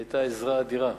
זו היתה עזרה אדירה,